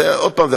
עוד פעם,